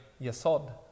Yasod